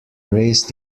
raised